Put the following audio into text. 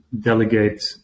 delegate